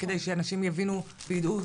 כדי שאנשים יבינו וידעו,